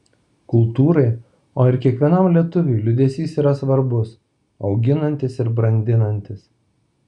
kultūrai o ir kiekvienam lietuviui liūdesys yra svarbus auginantis ir brandinantis